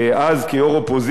אז כיו"ר אופוזיציה,